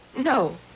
no